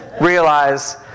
realize